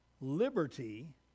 Liberty